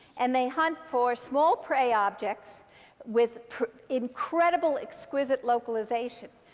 and they hunt for small prey objects with incredible, exquisite localization.